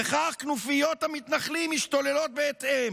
וכך כנופיות המתנחלים משתוללות בהתאם.